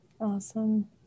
Awesome